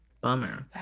Bummer